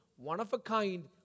one-of-a-kind